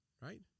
right